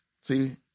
See